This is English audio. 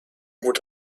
would